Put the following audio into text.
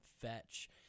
Fetch